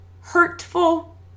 hurtful